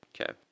Okay